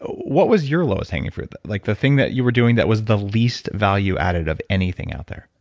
what was your lowest hanging fruit, like the thing that you were doing that was the least value added of anything out there?